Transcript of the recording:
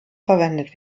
verwendet